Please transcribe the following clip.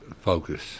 focus